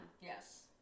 Yes